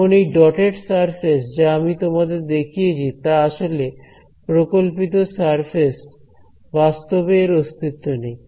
এখন এই dotted surface যা আমি তোমাদের দেখিয়েছি তা আসলে প্রকল্পিত সারফেস বাস্তবে এর অস্তিত্ব নেই